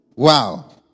Wow